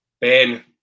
Ben